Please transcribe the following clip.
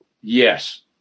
Yes